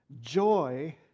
joy